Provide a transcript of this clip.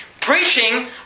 Preaching